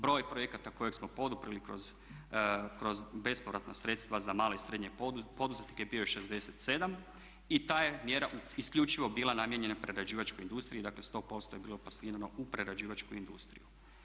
Broj projekata kojeg smo poduprli kroz bespovratna sredstva za male i srednje poduzetnike bio je 67 i ta je mjera isključivo bila namijenjena prerađivačkoj industriji, dakle 100% je bilo plasirano u prerađivačku industriju.